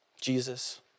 Jesus